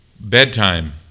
Bedtime